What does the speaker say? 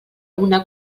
una